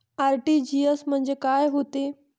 RTGS म्हंजे काय होते?